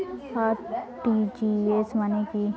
RTGS মানে কি?